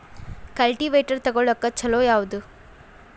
Cultivator ತೊಗೊಳಕ್ಕ ಛಲೋ ಯಾವದ?